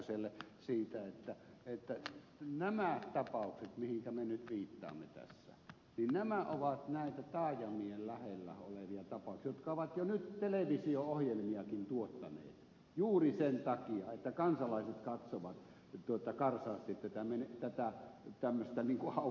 kähköselle siitä että nämä tapaukset mihinkä me nyt viittaamme tässä ovat näitä taajamien lähellä olevia tapauksia jotka ovat jo nyt televisio ohjelmiakin tuottaneet juuri sen takia että kansalaiset katsovat karsaasti tätä tämmöistä aukkomenetelmän käyttöä